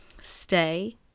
Stay